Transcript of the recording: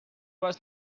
was